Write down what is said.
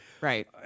Right